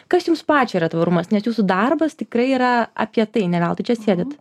kas jums pačiai yra tvarumas nes jūsų darbas tikrai yra apie tai ne veltui čia sėdit